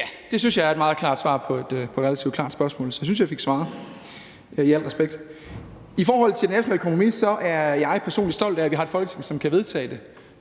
er vel, synes jeg, et meget klart svar på et relativt klart spørgsmål, så det synes jeg i al respekt at jeg fik svaret på. I forhold til det nationale kompromis er jeg personligt stolt af, at vi har et Folketing, som kan vedtage